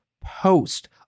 Post